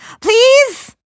Please